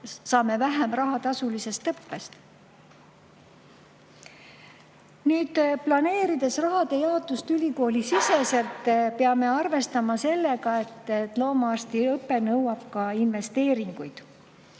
saame vähem raha tasulisest õppest. Nüüd, planeerides rahade jaotust ülikoolisiseselt, peame arvestama sellega, et loomaarstiõpe nõuab ka investeeringuid.